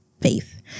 faith